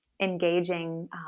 engaging